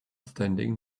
standing